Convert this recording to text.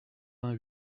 vingt